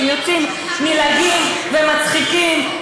אתם יוצאים נלעגים ומצחיקים,